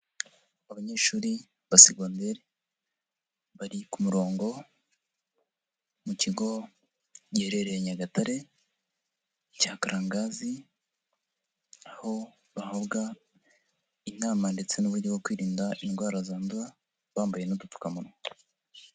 Abanyeshuri ba segondreri bari ku murongo mu kigo giherereye Nyagatare cya Karangaangazi aho bahabwa inama ndetse n'uburyo bwo kwirinda indwara zandura bambaye n'udupfukamunwa.